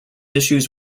issues